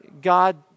God